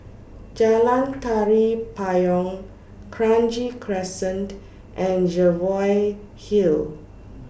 Jalan Tari Payong Kranji Crescent and Jervois Hill